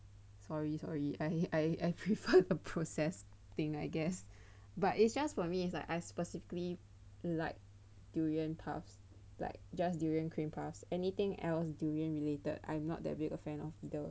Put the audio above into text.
sorry sorry I I prefer the processed thing I guess but it's just for me is like I specifically like durian puffs like just durian cream puffs anything else durian related I'm not that big of a fan either